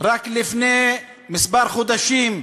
רק לפני כמה חודשים,